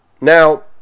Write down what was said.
Now